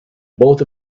both